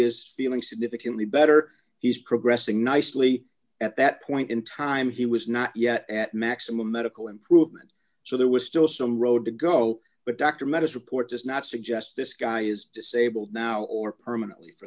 is feeling significantly better he's progressing nicely at that point in time he was not yet at maximum medical improvement so there was still some road to go but dr medicine report does not suggest this guy is disabled now or d permanently for